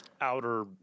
Outer